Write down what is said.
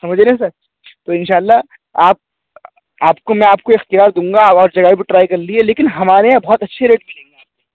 سمجھ رہے ہیں سر تو ان شاء اللہ آپ آپ کو میں آپ کو اختیار دوں گا اور جگہ بھی ٹرائی کر لیجیے لیکن ہمارے یہاں بہت اچھے ریٹ ملیں گے آپ کو